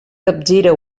capgira